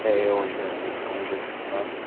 ए हुन्छ हुन्छ हुन्छ धन्यवाद